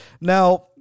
Now